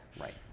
Right